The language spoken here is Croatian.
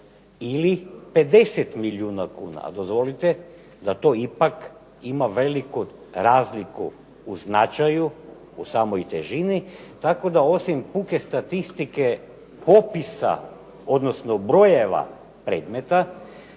ili 50 milijuna kuna. A dozvolite da to ipak ima veliku razliku u značaju u samoj težini, tako da osim puke statistike popisa, odnosno brojeva predmeta